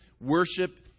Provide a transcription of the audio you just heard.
Worship